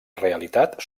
realitat